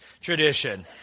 tradition